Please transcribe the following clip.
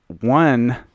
one